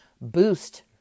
boost